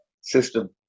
system